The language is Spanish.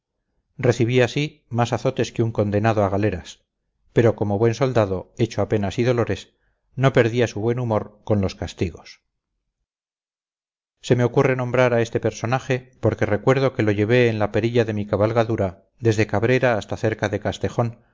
recibía sí más azotes que un condenado a galeras pero como buen soldado hecho a penas y dolores no perdía su buen humor con los castigos se me ocurre nombrar a este personaje porque recuerdo que lo llevé en la perilla de mi cabalgadura desde cabrera hasta cerca de castejón